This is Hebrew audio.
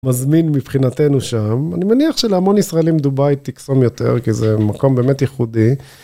מזמין מבחינתנו שם, אני מניח שלהמון ישראלים דובאיי תקסום יותר כי זה מקום באמת ייחודי.